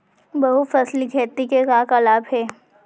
बहुफसली खेती के का का लाभ हे?